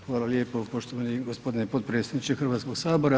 Hvala lijepo poštovani gospodine potpredsjedniče Hrvatskog sabora.